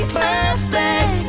perfect